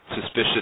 suspicious